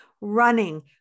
running